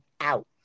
out